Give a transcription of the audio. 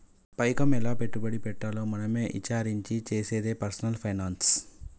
పైకం ఎలా పెట్టుబడి పెట్టాలో మనమే ఇచారించి చేసేదే పర్సనల్ ఫైనాన్స్